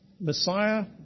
Messiah